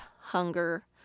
hunger